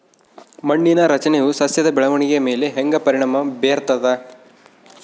ಮಣ್ಣಿನ ರಚನೆಯು ಸಸ್ಯದ ಬೆಳವಣಿಗೆಯ ಮೇಲೆ ಹೆಂಗ ಪರಿಣಾಮ ಬೇರ್ತದ?